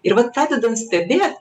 ir vat pradedant stebėt